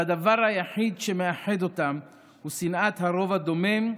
שהדבר היחיד שמאחד אותם הוא שנאת הרוב הדומם,